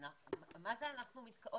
מה זה אנחנו מתכוונים?